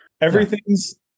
everything's